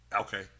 Okay